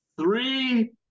three